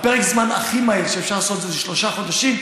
פרק הזמן הכי מהיר שאפשר לעשות את זה הוא שלושה חודשים,